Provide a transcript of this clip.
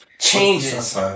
changes